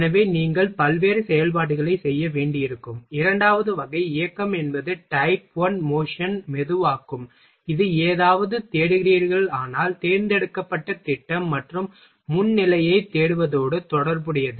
எனவே நீங்கள் பல்வேறு செயல்பாடுகளைச் செய்ய வேண்டியிருக்கும் இரண்டாவது வகை இயக்கம் என்பது டைப் ஒன் மோஷனை மெதுவாக்கும் இது ஏதாவது தேடுகிறீர்களானால் தேர்ந்தெடுக்கப்பட்ட திட்டம் மற்றும் முன் நிலையைத் தேடுவதோடு தொடர்புடையது